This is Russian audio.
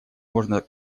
можно